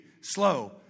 Slow